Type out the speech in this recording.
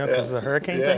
as a hurricane yeah